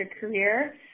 career